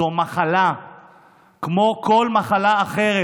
זו מחלה כמו כל מחלה אחרת.